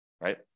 right